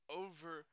over